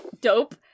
dope